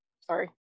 Sorry